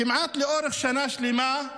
כמעט לאורך שנה שלמה,